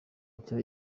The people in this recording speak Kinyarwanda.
nshya